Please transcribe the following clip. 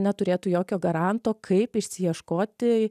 neturėtų jokio garanto kaip išsiieškoti